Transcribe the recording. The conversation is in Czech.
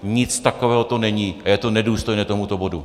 Nic takového to není a je to nedůstojné tomuto bodu.